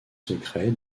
secrets